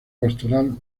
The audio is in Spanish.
pastoral